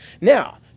Now